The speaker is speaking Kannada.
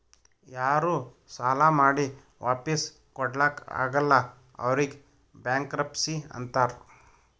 ಯಾರೂ ಸಾಲಾ ಮಾಡಿ ವಾಪಿಸ್ ಕೊಡ್ಲಾಕ್ ಆಗಲ್ಲ ಅವ್ರಿಗ್ ಬ್ಯಾಂಕ್ರಪ್ಸಿ ಅಂತಾರ್